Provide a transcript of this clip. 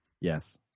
yes